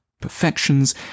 Perfections